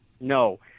No